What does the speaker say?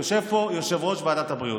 ויושב פה יושב-ראש ועדת הבריאות.